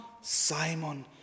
Simon